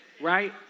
Right